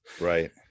right